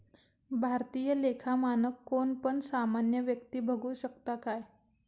भारतीय लेखा मानक कोण पण सामान्य व्यक्ती बघु शकता काय?